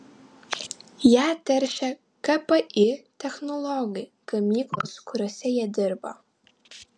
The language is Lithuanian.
ją teršia kpi technologai gamyklos kuriose jie dirba